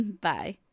bye